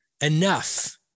enough